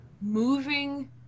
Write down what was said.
Moving